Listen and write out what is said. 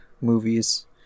movies